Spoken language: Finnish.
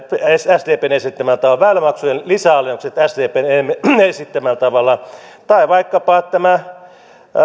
sdpn esittämällä tavalla väylämaksujen lisäalennukset sdpn esittämällä tavalla tai vaikkapa tämä